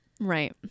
Right